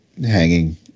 hanging